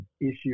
issue